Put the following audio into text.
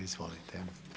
Izvolite.